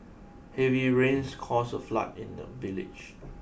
heavy rains caused a flood in the village